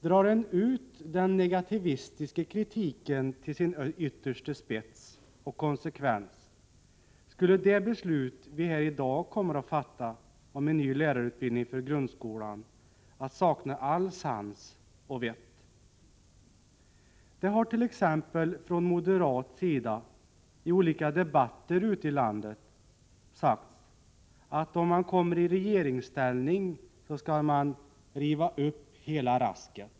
Drar man ut den negativistiska kritiken till sin yttersta spets och konsekvens, skulle det beslut vi här i dag kommer att fatta om en ny lärarutbildning för grundskolan helt sakna sans och vett. Det hart.ex. från moderat sida, i olika debatter ute i landet, sagts att om man kommer i regeringsställning skall man ”riva upp hela rasket”.